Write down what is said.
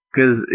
Cause